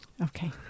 okay